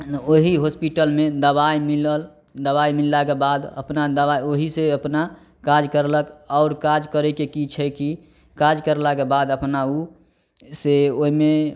ओहि हॉस्पिटलमे दबाइ मिलल दबाइ मिललाके बाद अपना दबाइ ओहिसे अपना काज करलक आओर काज करैके की छै की काज करलाके बाद अपना ओ से ओहिमे